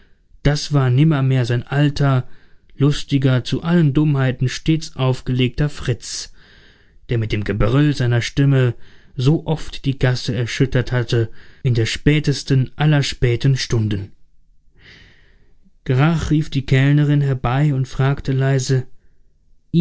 das war nimmermehr sein alter lustiger zu allen dummheiten stets aufgelegter fritz der mit dem gebrüll seiner stimme so oft die gasse erschüttert hatte in der spätesten aller späten stunden grach rief die kellnerin herbei und fragte leise